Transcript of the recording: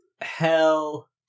Hell